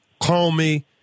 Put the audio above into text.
Comey